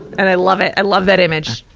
and i love it. i love that image.